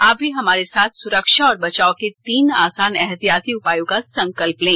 आप भी हमारे साथ सुरक्षा और बचाव के तीन आसान एहतियाती उपायों का संकल्प लें